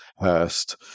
Hurst